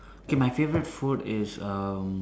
okay my favorite food is um